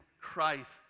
Christ